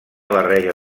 barreja